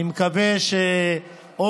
אני מקווה שרבות